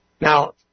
Now